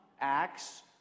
Acts